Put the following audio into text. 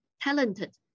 talented